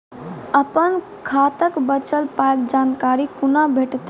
अपन खाताक बचल पायक जानकारी कूना भेटतै?